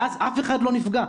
ואז אף אחד לא נפגע.